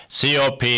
COP